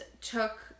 took